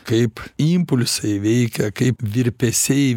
kaip impulsai veikia kaip virpesiai